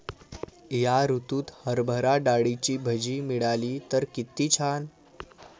या ऋतूत हरभरा डाळीची भजी मिळाली तर कित्ती छान